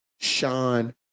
Sean